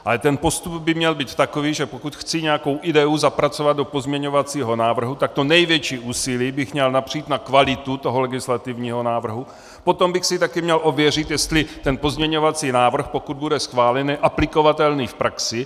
Ale ten postup by měl být takový, že pokud chci nějakou ideu zapracovat do pozměňovacího návrhu, tak to největší úsilí bych měl napřít na kvalitu toho legislativního návrhu, potom bych si také měl ověřit, jestli ten pozměňovací návrh, pokud bude schválen, je aplikovatelný v praxi.